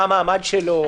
מה המעמד שלו?